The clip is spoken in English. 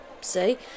see